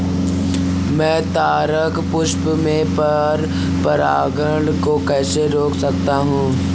मैं तारक पुष्प में पर परागण को कैसे रोक सकता हूँ?